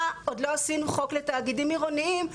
עוד לא עשינו חוק לתאגידים עירוניים,